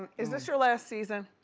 is this your last season?